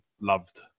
loved